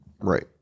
Right